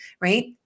Right